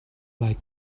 like